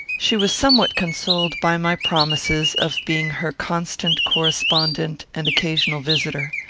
she was somewhat consoled by my promises of being her constant correspondent and occasional visitor.